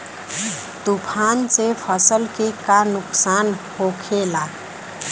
तूफान से फसल के का नुकसान हो खेला?